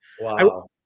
wow